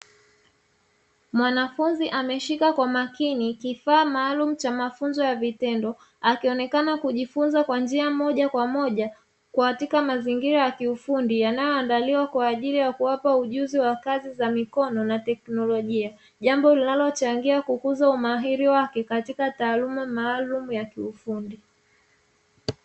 Mwanafunzi ameshika kwa makini kifaa maalumu cha mafunzo ya vitendo, akionekana kujifunza kwa njia moja kwa moja katika mazingira ya kiufundi, yanayoandaliwa kwa ajili ya kuwapa ujuzi wa kazi za mikono na teknolojia. Jambo linalochangia kukuza umahiri wake katika taaluma maalumu ya kiufundi.